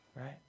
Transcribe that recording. right